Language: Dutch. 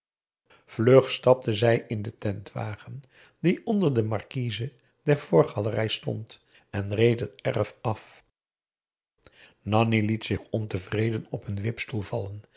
vlug stapte zij in den tentwagen die onder de marquise der voorgalerij stond en reed het erf af p a daum hoe hij raad van indië werd onder ps maurits nanni liet zich ontevreden op een wipstoel vallen